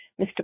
mr